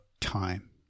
time